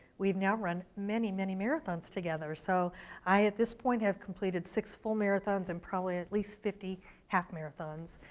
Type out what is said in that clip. we've now run many, many marathons together. so i at this point have completed six full marathons and probably at least fifty half-marathons.